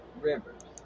rivers